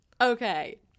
Okay